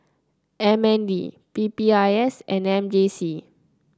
M N D P P I S and M J C